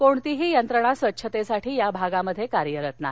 कोणतीही यंत्रणा स्वच्छतेसाठी या भागात कार्यरत नाही